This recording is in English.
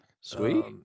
sweet